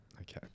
Okay